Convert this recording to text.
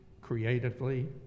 creatively